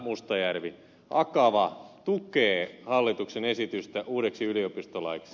mustajärvi akava tukee hallituksen esitystä uudeksi yliopistolaiksi